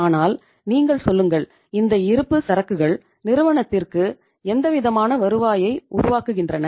ஆனால் நீங்கள் சொல்லுங்கள் இந்த இருப்புச் சரக்குகள் நிறுவனத்திற்கு எந்தவிதமான வருவாயை உருவாக்குகின்றன